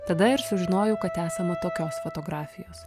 tada ir sužinojau kad esama tokios fotografijos